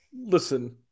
Listen